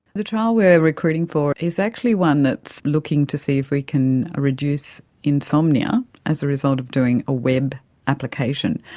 the trial we're recruiting for is actually one that is looking to see if we can ah reduce insomnia as a result of doing a web application.